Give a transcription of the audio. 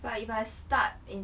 but if I start in